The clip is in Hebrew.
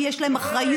כי יש להם אחריות,